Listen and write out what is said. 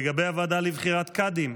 לגבי הוועדה לבחירת קאדים,